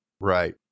right